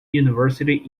university